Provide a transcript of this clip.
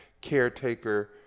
caretaker